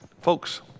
Folks